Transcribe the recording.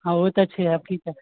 हँ ओ तऽ छै आब कि कर